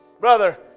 Brother